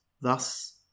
thus